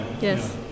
Yes